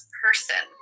person